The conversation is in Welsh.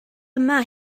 yma